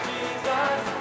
Jesus